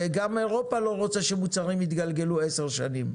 וגם אירופה לא רוצה שמוצרים יתגלגלו עשר שנים.